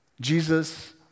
Jesus